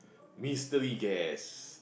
mystery guest